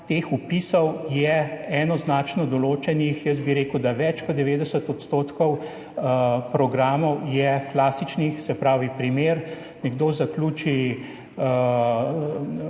teh vpisov je enoznačno določena, jaz bi rekel, da je več kot 90 odstotkov programov klasičnih, se pravi primer – nekdo zaključi